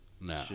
no